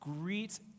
greet